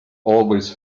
always